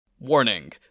Warning